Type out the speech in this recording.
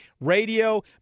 radio